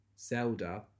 Zelda